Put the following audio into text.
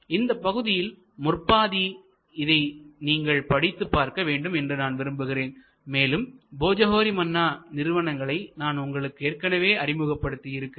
இந்தப் பகுதியில் முற்பாதி இதை நீங்கள் படித்துப் பார்க்க வேண்டும் என்று நான் விரும்புகிறேன் மேலும் போஜோஹோரி மண்ணா நிறுவனங்களை நான் உங்களுக்கு ஏற்கனவே அறிமுகப்படுத்தி இருக்கிறேன்